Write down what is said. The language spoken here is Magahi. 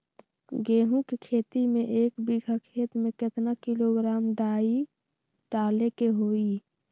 गेहूं के खेती में एक बीघा खेत में केतना किलोग्राम डाई डाले के होई?